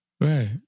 Right